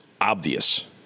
obvious